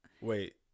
wait